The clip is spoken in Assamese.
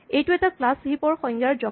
এইটো এটা ক্লাচ হিপ ৰ সংজ্ঞা ৰ জঁকা